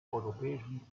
europäischen